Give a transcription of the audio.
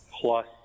plus